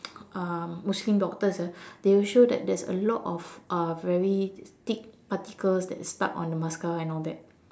um Muslim doctors ah they will show that there's a lot of uh very thick particles that's stuck on the mascara and all that